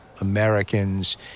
Americans